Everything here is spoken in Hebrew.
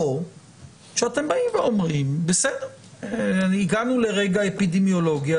או שאתם אומרים: הגענו לרגע אפידמיולוגי,